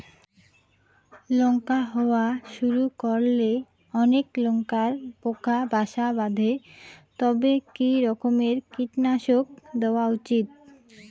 লঙ্কা হওয়া শুরু করলে অনেক লঙ্কায় পোকা বাসা বাঁধে তবে কি রকমের কীটনাশক দেওয়া উচিৎ?